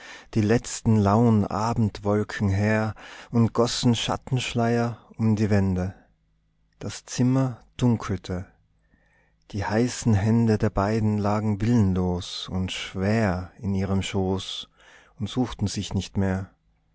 die letzten lauen abendwolken her und gossen schattenschleier um die wände das zimmer dunkelte die heißen hände der beiden lagen willenlos und schwer in ihrem schoß und suchten sich nicht mehr